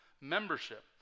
membership